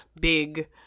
big